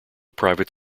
private